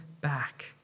back